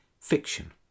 Fiction